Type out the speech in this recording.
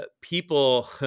people